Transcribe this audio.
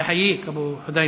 אדוני